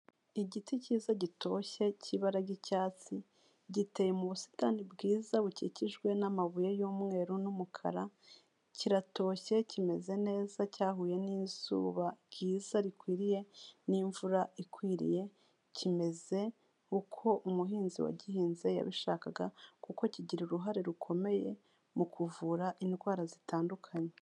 Igiti cyiza gitoshye cy'ibara ry'icyatsi giteye mu busitani bwiza bukikijwe n'amabuye y'umweru n'umukara, kiratoshye kimeze neza cyahuye n'izuba ryiza rikwiriye n'imvura ikwiriye, kimeze uko umuhinzi wa gihinze yabishakaga kuko kigira uruhare rukomeye mu kuvura indwara zitandukanye.